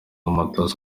umutoza